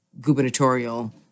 gubernatorial